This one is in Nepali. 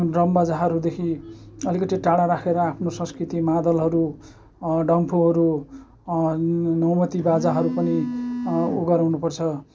ड्रम बाजाहरूदेखि अलिकति टाढा राखेर आफ्नो संस्कृति मादलहरू डम्फुहरू नौमती बाजाहरू पनि ऊ गराउनु पर्छ